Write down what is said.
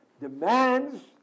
demands